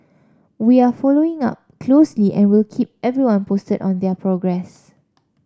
we are following up closely and will keep everyone posted on their progress